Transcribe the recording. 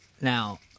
Now